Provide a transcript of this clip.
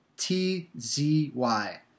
T-Z-Y